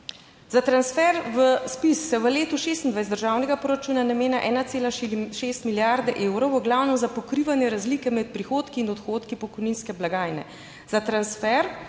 Za transfer v ZPIZ se v letu 2026 državnega proračuna namenja 1,6 milijarde evrov, v glavnem za pokrivanje razlike med prihodki in odhodki pokojninske blagajne. Za transfer